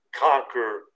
conquer